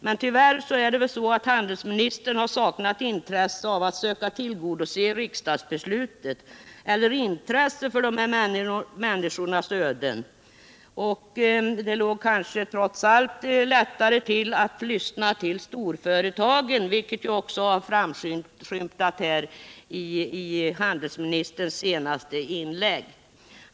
Men tyvärr har handelsministern saknat intresse för människors öde. Det var kanske trots allt lättare att lyssna till storföre tagarna. Detta har också framskymtat i handelsministerns senaste inlägg i Nr 93 debatten.